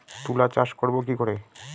তুলা চাষ করব কি করে?